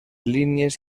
línies